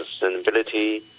sustainability